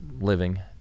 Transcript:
living